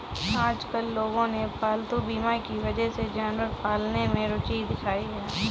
आजकल लोगों ने पालतू बीमा की वजह से जानवर पालने में रूचि दिखाई है